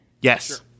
Yes